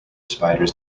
spiders